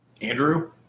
Andrew